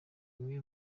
bimwe